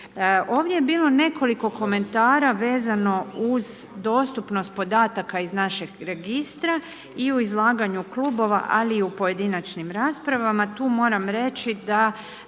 Ovdje je bilo nekoliko komentara vezano uz dostupnost podataka iz našeg registra i u izlaganju klubova ali i u pojedinačnim raspravama. Tu moram reći da